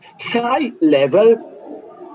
high-level